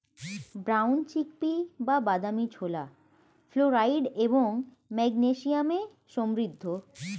brown chickpea বা বাদামী ছোলা ফ্লোরাইড এবং ম্যাগনেসিয়ামে সমৃদ্ধ